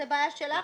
זאת בעיה שלך,